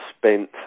spent